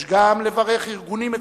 יש גם לברך ארגונים מצוינים,